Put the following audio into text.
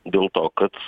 dėl to kad